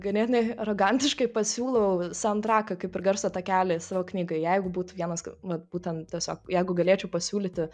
ganėtinai arogantiškai pasiūlau soundtraką kaip ir garso takelį savo knygai jeigu būtų vienas vat būten tiesiog jeigu galėčiau pasiūlyti